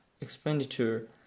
expenditure